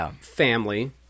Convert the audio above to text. family